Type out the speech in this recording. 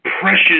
precious